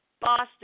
Boston